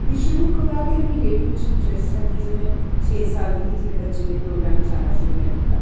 ते शूरू कौलां गै मिगी रेडियो च इंट्रैस्ट हा की जे में छे साल दी ही ते जेल्लै बच्चें दे प्रोग्राम च औना शुरू में कीता